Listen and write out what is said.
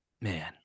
Man